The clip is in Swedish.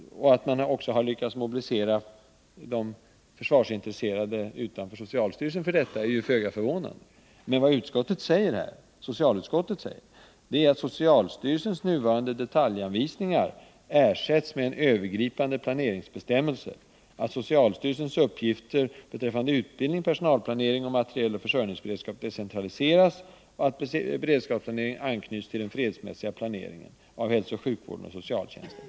Att man har lyckats mobilisera de försvarsintresserade utanför socialstyrelsen är föga förvånande. Men vad socialutskottet nu säger är att socialstyrelsens nuvarande detaljanvisningar skall ersättas med övergripande planeringsbestämmelser, att socialstyrelsens uppgifter beträffande utbildning, personalplanering och materieloch försörjningsberedskap skall decentraliseras samt att beredskapsplaneringen skall anknytas till den fredsmässiga planeringen av hälsooch sjukvården och socialtjänsten.